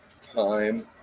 time